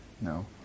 No